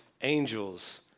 angels